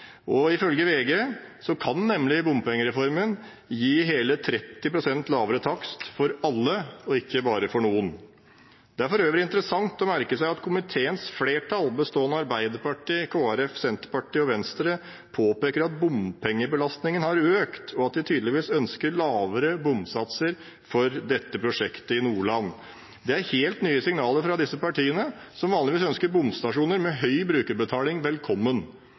Ifølge VG kan nemlig bompengereformen gi hele 30 pst. lavere takst for alle og ikke bare for noen. Det er for øvrig interessant å merke seg at komiteens flertall, bestående av Arbeiderpartiet, Kristelig Folkeparti, Senterpartiet og Venstre, påpeker at bompengebelastningen har økt, og at de tydeligvis ønsker lavere bomsatser for dette prosjektet i Nordland. Det er helt nye signaler fra disse partiene, som vanligvis ønsker bomstasjoner med høy brukerbetaling velkommen.